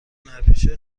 هنرپیشه